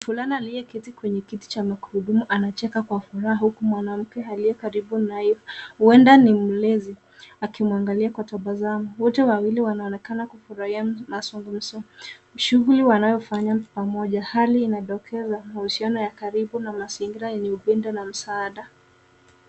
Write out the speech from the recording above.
Mvulana aliyeketi kwenye kiti cha magurudumu anacheka kwa furaha huku mwanamke aliye karibu naye huenda ni mlezi akimwangalia kwa tabasamu. Wote wawili wanaonekana kufurahia mazungumzo. Shughuli wanayoifanya pamoja, hali inadokeza, mahusiano ya karibu na mazingira yenye upendo na msaada.